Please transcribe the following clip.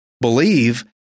believe